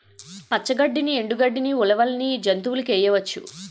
పచ్చ గడ్డిని ఎండు గడ్డని ఉలవల్ని జంతువులకేయొచ్చు